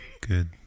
Good